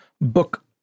book